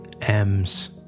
M's